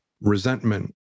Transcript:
resentment